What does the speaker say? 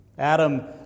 Adam